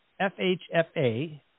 FHFA